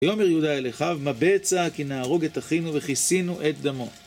ויאמר יהודה לאחיו מה בצע כי נהרוג את אחינו וכיסינו את דמו